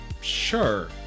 Sure